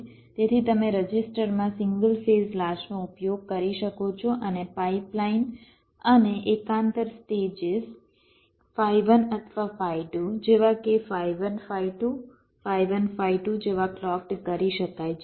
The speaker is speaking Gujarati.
તેથી તમે રજિસ્ટરમાં સિંગલ ફેઝ લાચનો ઉપયોગ કરી શકો છો અને પાઇપલાઇન અને એકાંતર સ્ટેજીસ ફાઇ 1 અથવા ફાઇ 2 જેવા કે ફાઇ 1 ફાઇ 2 ફાઇ 1 ફાઇ 2 જેવા ક્લૉક્ડ કરી શકાય છે